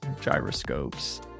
gyroscopes